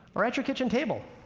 or at your kitchen table.